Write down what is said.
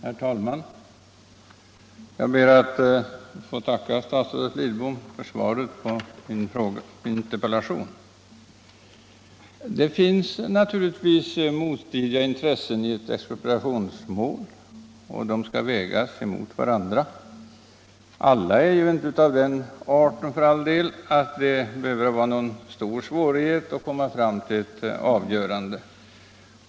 Herr talman! Jag ber att få tacka statsrådet Lidbom för svaret på min interpellation. Det finns naturligtvis motstridiga intressen i expropriationsmål, och de måste vägas mot varandra. Alla mål är för all del inte av den arten att det är stora svårigheter förknippade med att nå ett avgörande.